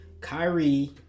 Kyrie